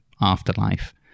afterlife